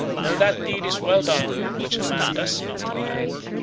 no, that deed is well done of which a man does not repent,